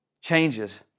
changes